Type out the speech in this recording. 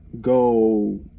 go